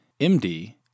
MD